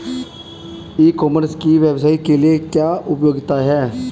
ई commerce की व्यवसाय के लिए क्या उपयोगिता है?